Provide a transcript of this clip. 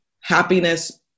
happiness